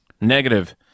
Negative